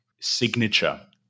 signature